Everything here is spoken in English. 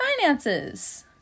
finances